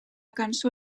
cançó